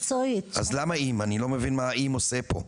אני לא מבין מה האם עושה פה,